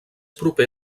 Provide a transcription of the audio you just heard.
proper